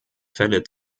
fälle